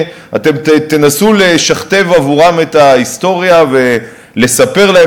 אתם תנסו לשכתב עבורם את ההיסטוריה ולספר להם